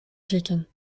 zitten